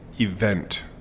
event